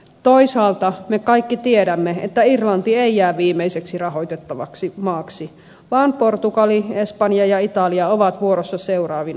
toisaalta me kaikki tiedämme että irlanti ei jää viimeiseksi rahoitettavaksi maaksi vaan portugali espanja ja italia ovat vuorossa seuraavina